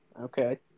Okay